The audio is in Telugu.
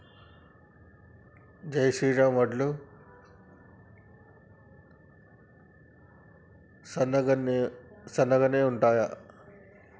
జై శ్రీరామ్ వడ్లు సన్నగనె ఉంటయా?